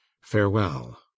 farewell